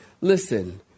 listen